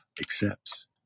accepts